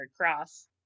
cross